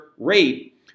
rate